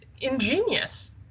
ingenious